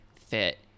fit